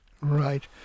Right